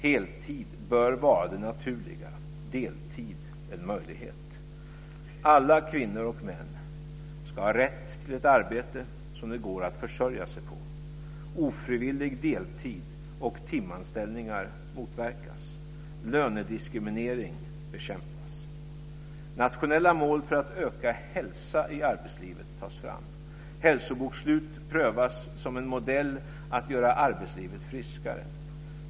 Heltid bör vara det naturliga, deltid en möjlighet. Alla kvinnor och män ska ha rätt till ett arbete som det går att försörja sig på, ofrivillig deltid och timanställningar motverkas, lönediskriminering bekämpas. Nationella mål för ökad hälsa i arbetslivet tas fram. Hälsobokslut prövas som en modell att göra arbetslivet friskare.